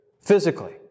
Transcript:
physically